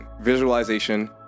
Visualization